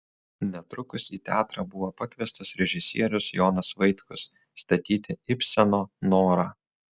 netrukus į teatrą buvo pakviestas režisierius jonas vaitkus statyti ibseno norą